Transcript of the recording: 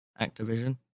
Activision